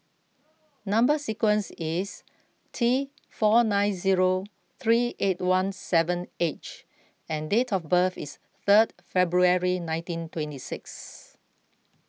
Number Sequence is T four nine zero three eight one seven H and date of birth is third February nineteen twenty six